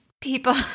people